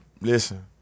Listen